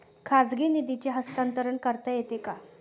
खाजगी निधीचे हस्तांतरण करता येते का?